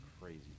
Crazy